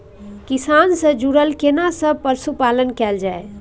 किसान से जुरल केना सब पशुपालन कैल जाय?